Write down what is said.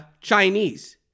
Chinese